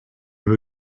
have